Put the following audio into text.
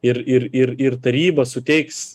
ir ir ir taryba suteiks